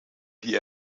die